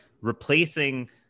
replacing